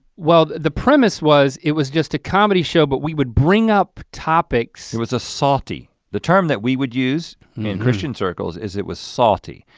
well, the premise was it was just a comedy show, but we would bring up topics. it was a salty, the term that we would use in christian circles is it was salty.